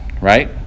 right